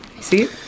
See